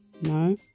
no